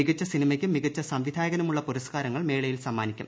മികച്ച സിനിമയ്ക്കും മികച്ച സംവിധായകനുമുള്ള പുരസ്കാരങ്ങൾ മേളയിൽ സമ്മാനിക്കും